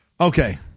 Okay